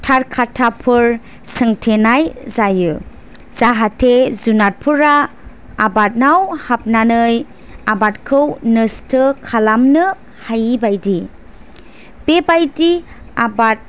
थार काटाफोर सोंथेनाय जायो जाहाथे जुनारफोरा आबादाव हाबनानै आबादखौ नस्ट' खालामनो हायि बायदि बेबायदि आबादखौ